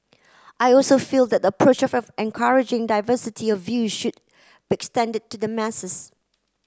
I also feel that the approach of encouraging diversity of view should be extended to the masses